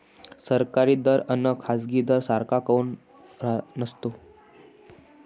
सरकारी दर अन खाजगी दर सारखा काऊन नसतो?